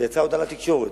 ויצאה הודעה לתקשורת,